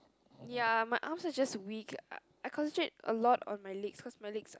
ya my arms are just weak uh I concentrate a lot on my legs cause my legs are